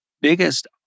biggest